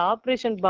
Operation